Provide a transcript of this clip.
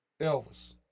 Elvis